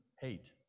hate